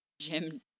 Jim